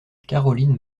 caroline